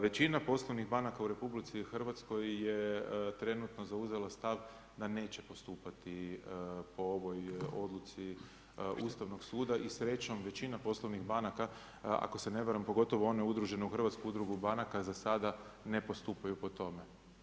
Većina poslovnih banaka u RH je trenutno zauzela stav da neće postupati po ovoj odluci Ustavnog suda i srećom većina poslovnih banaka ako se ne varam pogotovo one udružene u Hrvatsku udrugu banaka za sada ne postupaju po tome.